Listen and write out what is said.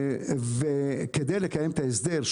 וכדי לקיים את ההסדר,